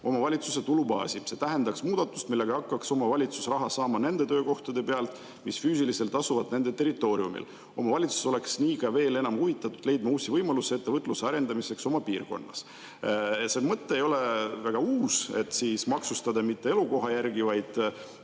omavalitsuse tulubaasi. See tähendaks muudatust, millega hakkaks omavalitsus raha saama nende töökohtade pealt, mis füüsiliselt asuvad nende territooriumil. Omavalitsused oleks nii ka veel enam huvitatud leidma uusi võimalusi ettevõtluse arendamiseks oma piirkonnas." See mõte ei ole väga uus, et maksustada mitte elukoha järgi, vaid